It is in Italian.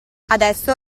adesso